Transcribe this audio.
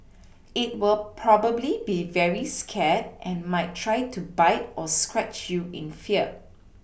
it will probably be very scared and might try to bite or scratch you in fear